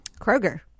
Kroger